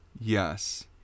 Yes